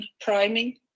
priming